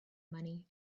money